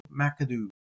McAdoo